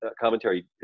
commentary